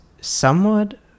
somewhat